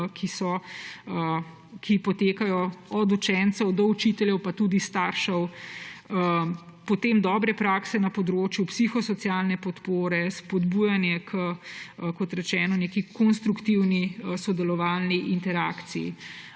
ki potekajo od učencev do učiteljev pa tudi staršev. Potem dobre prakse na področju psihosocialne podpore, spodbujanje, kot rečeno, k neki konstruktivni sodelovalni interakciji,